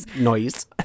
Noise